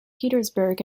petersburg